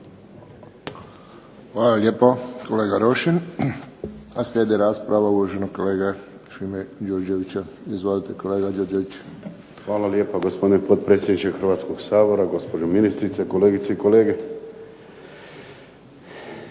Hvala lijepo, kolega Rošin. Slijedi rasprava uvaženog kolege Šime Đurđevića. Izvolite, kolega Đurđević. **Đurđević, Šimo (HDZ)** Hvala lijepa, gospodine potpredsjedniče Hrvatskoga sabora. Gospođo ministrice, kolegice i kolege.